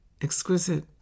exquisite